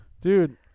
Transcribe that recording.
Dude